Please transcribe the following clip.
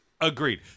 Agreed